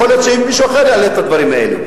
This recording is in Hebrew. יכול להיות שמישהו אחר יעלה את הדברים האלה.